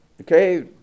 okay